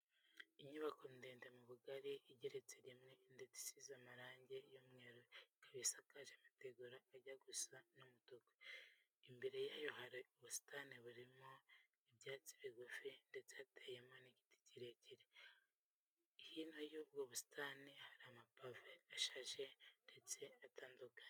Inyubako ndende mu bugari igeretse rimwe ndetse isize amarange y'umweru ikaba isakaje amategura ajya gusa n'umutuku, imbere yayo hari ubusitani burimo ibyatsi bigufi ndetse hateyemo igiti kirekire. Hino y'ubwo busitani hari amapave ashashe nndetse atandukanye.